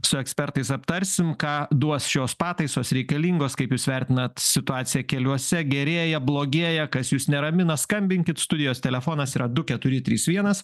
su ekspertais aptarsim ką duos šios pataisos reikalingos kaip jūs vertinat situaciją keliuose gerėja blogėja kas jus neramina skambinkit studijos telefonas yra du keturi trys vienas